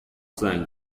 زنگ